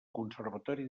conservatori